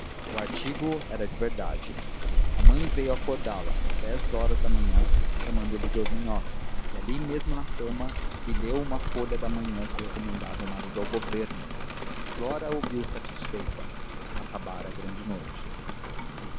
o artigo era de verdade a mãe veio acordá-la às dez horas da manhã chamando-lhe dorminhoca e ali mesmo na cama lhe leu uma folha da manhã que recomendava o marido ao governo flora ouviu satisfeita acabara a grande noite